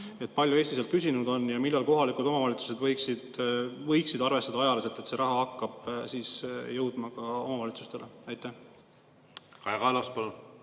Kui palju Eesti sealt küsinud on ja millal kohalikud omavalitsused võiksid arvestada ajaliselt, et see raha hakkab jõudma ka omavalitsustele? Kaja